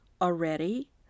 already